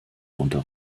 unter